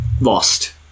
lost